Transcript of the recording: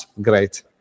great